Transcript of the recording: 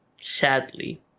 sadly